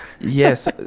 Yes